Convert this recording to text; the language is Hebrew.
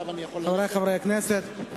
חברי חברי הכנסת,